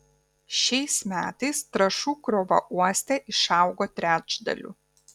šiais metais trąšų krova uoste išaugo trečdaliu